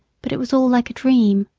but it was all like a dream.